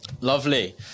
Lovely